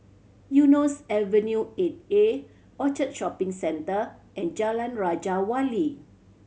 Eunos Avenue Eight A Orchard Shopping Centre and Jalan Raja Wali